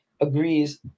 agrees